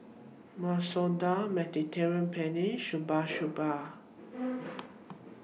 Masoor Dal Mediterranean Penne Shabu Shabu